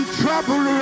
trouble